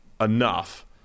enough